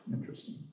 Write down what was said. Interesting